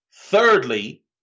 Thirdly